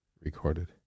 recorded